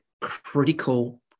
critical